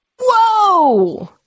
Whoa